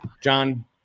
John